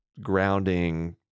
grounding